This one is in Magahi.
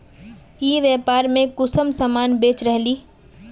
ई व्यापार में कुंसम सामान बेच रहली?